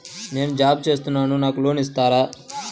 నేను జాబ్ చేస్తున్నాను నాకు లోన్ ఇస్తారా?